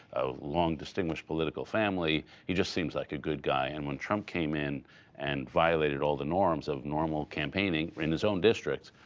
a long, distinguished political family, he just seems like a good guy. and when trump came in and violated all the norms of normal campaigning in his own district,